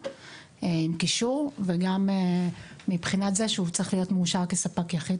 עם קישור וגם מבחינת זה שהוא צריך להיות מאושר כספק יחיד,